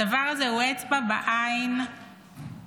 הדבר הזה הוא אצבע בעין למשפחות,